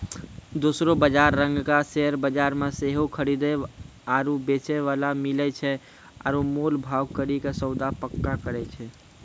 दोसरो बजारो रंगका शेयर बजार मे सेहो खरीदे आरु बेचै बाला मिलै छै आरु मोल भाव करि के सौदा पक्का करै छै